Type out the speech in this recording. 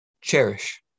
Cherish